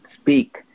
speak